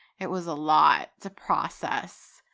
it was a lot to process.